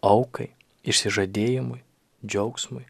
aukai išsižadėjimui džiaugsmui